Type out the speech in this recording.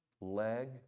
leg